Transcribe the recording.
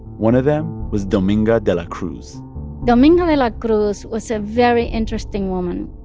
one of them was dominga de la cruz dominga de la cruz was a very interesting woman,